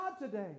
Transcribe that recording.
today